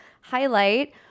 highlight